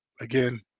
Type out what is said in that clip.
Again